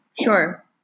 Sure